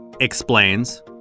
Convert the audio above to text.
explains